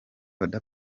oda